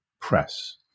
Press